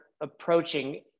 approaching